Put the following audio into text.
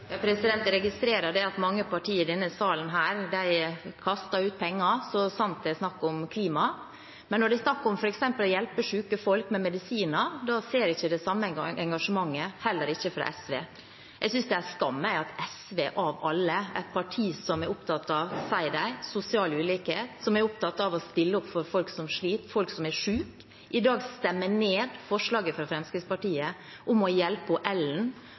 Jeg registrerer at mange partier i denne salen kaster ut penger så sant det er snakk om klima. Men når det er snakk om f.eks. å hjelpe syke folk med medisiner, ser man ikke det samme engasjementet – heller ikke fra SV. Jeg synes det er en skam at SV av alle, et parti som sier de er opptatt av å redusere sosiale ulikheter, som er opptatt av å stille opp for folk som sliter, folk som er syke, i dag stemmer ned forslaget fra Fremskrittspartiet om å hjelpe Ellen